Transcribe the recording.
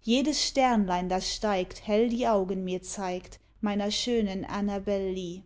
jedes sternlein das steigt hell die augen mir zeigt meiner schönen annabel